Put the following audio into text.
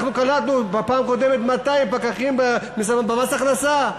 אנחנו קלטנו בפעם הקודמת 200 פקחים במס הכנסה.